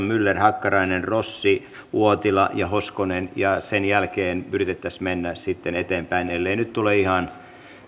myller hakkarainen rossi uotila ja hoskonen sen jälkeen yritettäisiin mennä sitten eteenpäin ellei nyt tule ihan